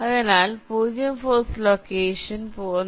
അതിനാൽ 0 force location 1